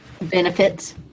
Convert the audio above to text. benefits